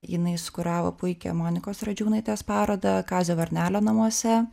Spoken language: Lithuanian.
jinai sukuravo puikią monikos radžiūnaitės parodą kazio varnelio namuose